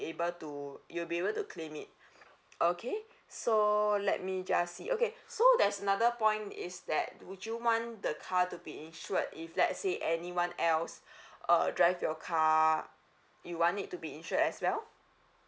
able to you will be able to claim it okay so let me just see okay so there's another point is that would you want the car to be insured if let's say anyone else uh drive your car you want it to be insured as well